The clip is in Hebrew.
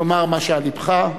תאמר מה שעל לבך.